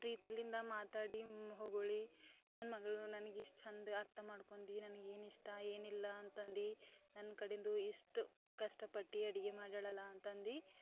ಪ್ರೀತಿಯಿಂದ ಮಾತಾಡಿ ಹೊಗಳಿ ನನ್ನ ಮಗಳು ನನ್ಗಿಷ್ಟು ಚಂದ ಅರ್ಥ ಮಾಡ್ಕೊಂಡಿ ನನಗೆ ಏನು ಇಷ್ಟ ಏನಿಲ್ಲ ಅಂತಂದು ನನ್ನ ಕಡೆಂದು ಎಷ್ಟು ಕಷ್ಟಪಟ್ಟು ಅಡುಗೆ ಮಾಡ್ಯಾಳಲ್ಲ ಅಂತಂದು